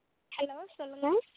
hello சொல்லுங்கள்